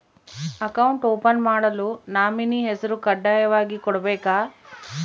Account open ಮಾಡಲು nominee ಹೆಸರು ಕಡ್ಡಾಯವಾಗಿ ಕೊಡಬೇಕಾ?